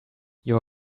your